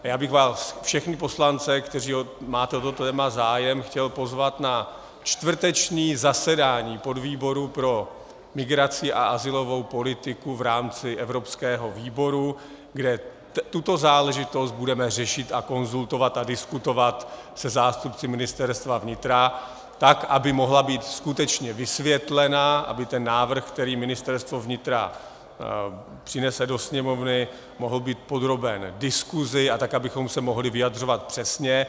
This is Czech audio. A já bych vás, všechny poslance, kteří máte o toto téma zájem, chtěl pozvat na čtvrteční zasedání podvýboru pro migraci a azylovou politiku v rámci evropského výboru, kde tuto záležitost budeme řešit a konzultovat a diskutovat se zástupci Ministerstva vnitra tak, aby mohla být skutečně vysvětlena, aby ten návrh, který Ministerstvo vnitra přinese do Sněmovny, mohl být podroben diskusi, a tak, abychom se mohli vyjadřovat přesně.